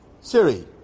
Siri